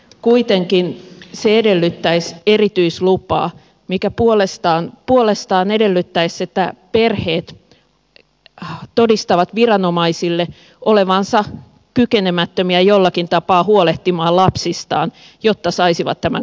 kuitenkin se edellyttäisi erityislupaa mikä puolestaan edellyttäisi että perheet todistavat viranomaisille olevansa jollakin tapaa kykenemättömiä huolehtimaan lapsistaan jotta saisivat tämän kokopäiväpaikan